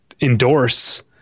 endorse